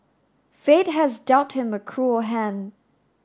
fate has dealt him a cruel hand